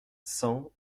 cent